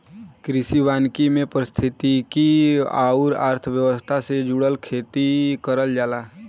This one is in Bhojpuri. कृषि वानिकी में पारिस्थितिकी आउर अर्थव्यवस्था से जुड़ल खेती करल जाला